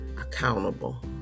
accountable